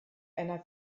einer